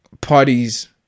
parties